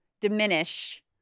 diminish